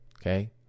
Okay